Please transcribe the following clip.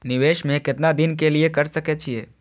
निवेश में केतना दिन के लिए कर सके छीय?